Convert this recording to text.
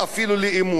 וזה לא סתם.